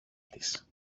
της